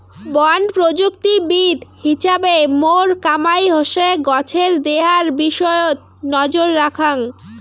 বন প্রযুক্তিবিদ হিছাবে মোর কামাই হসে গছের দেহার বিষয়ত নজর রাখাং